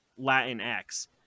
Latinx